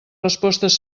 respostes